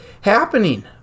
happening